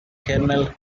kernel